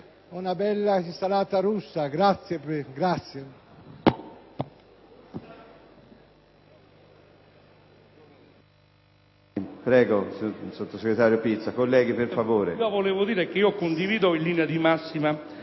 Una bella insalata russa. Grazie,